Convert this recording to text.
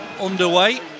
underway